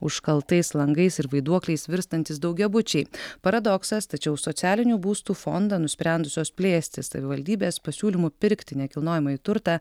užkaltais langais ir vaiduokliais virstantys daugiabučiai paradoksas tačiau socialinių būstų fondą nusprendusios plėsti savivaldybės pasiūlymų pirkti nekilnojamąjį turtą